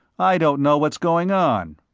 i don't know what's going on.